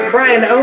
Brian